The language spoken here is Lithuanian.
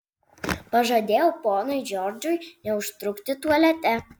pažadėjau ponui džordžui neužtrukti tualete